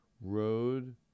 Road